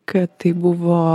kad tai buvo